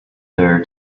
there